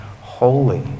holy